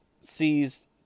sees